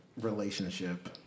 relationship